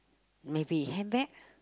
maybe handbag